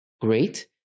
great